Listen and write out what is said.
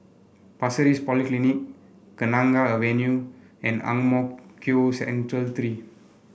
Pasir Ris Polyclinic Kenanga Avenue and Ang Mo Kio Central Three